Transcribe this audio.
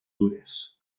dures